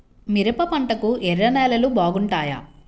మిరప పంటకు ఎర్ర నేలలు బాగుంటాయా?